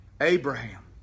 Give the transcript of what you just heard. Abraham